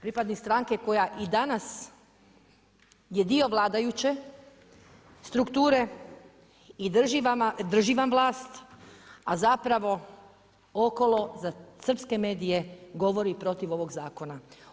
Pripadnik stranke koja i danas je dio vladajuće strukture i drži vam vlast, a zapravo, okolo za srpske medije govori protiv ovog zakona.